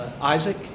Isaac